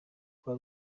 kwa